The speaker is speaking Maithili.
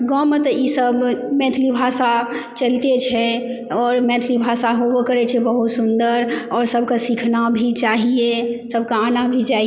गाँवमे तऽ ई सब मैथिली भाषा चलिते छै और मैथिली भाषा होबो करै छै बहुत सुन्दर आओर सबके सीखना भी चाहिए आओर आना भी चाही